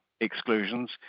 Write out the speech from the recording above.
exclusions